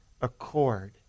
accord